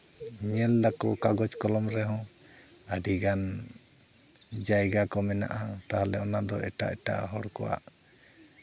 ᱢᱮᱱᱫᱟᱠᱚ ᱠᱟᱜᱚᱡᱽ ᱠᱚᱞᱚᱢ ᱨᱮᱦᱚᱸ ᱟᱹᱰᱤᱜᱟᱱ ᱡᱟᱭᱜᱟ ᱠᱚ ᱢᱮᱱᱟᱜᱼᱟ ᱛᱟᱦᱚᱞᱮ ᱚᱱᱟᱫᱚ ᱮᱴᱟᱜ ᱮᱴᱟᱜ ᱦᱚᱲ ᱠᱚᱣᱟᱜ